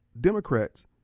Democrats